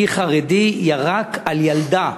ולפיה חרדי ירק על ילדה,